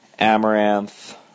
amaranth